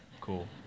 Cool